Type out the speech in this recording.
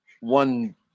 one